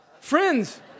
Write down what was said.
Friends